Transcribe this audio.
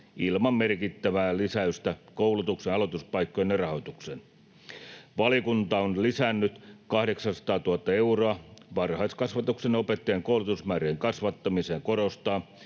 ilman merkittävää lisäystä koulutuksen aloituspaikkojen rahoitukseen. Valiokunta on lisännyt 800 000 euroa varhaiskasvatuksen opettajien koulutusmäärien kasvattamiseen ja korostaa,